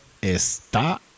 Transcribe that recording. está